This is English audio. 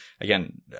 again